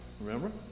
Remember